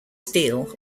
steel